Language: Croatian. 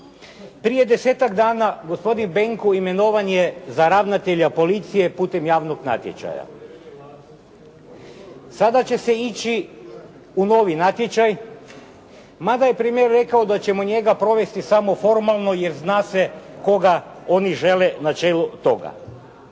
Prije desetak dana gospodin Benko imenovan je za ravnatelja policije putem javnog natječaja. Sada će se ići u novi natječaj, mada je premijer rekao da ćemo njega provesti samo formalno, jer zna se koga oni žele na čelu toga.